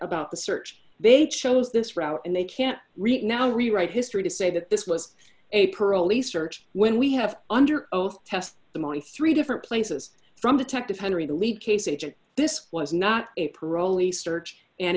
about the search they'd chose this route and they can't read now rewrite history to say that this was a parolee search when we have under oath test the money three different places from detective henry the lead case agent this was not a parolee search and